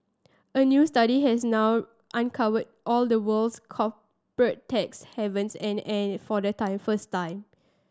a new study has now uncovered all the world's corporate tax havens and and for the time first time